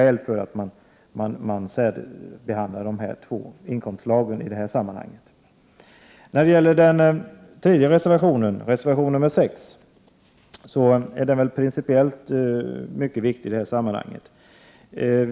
Vi finner inga skäl till att särbehandla dessa två inkomstslag. Den tredje, reservation 6, är principiellt mycket viktig i detta sammanhang.